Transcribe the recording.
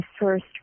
first